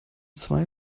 zwei